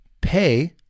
pay